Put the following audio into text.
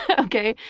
ah okay?